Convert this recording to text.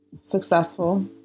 successful